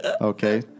Okay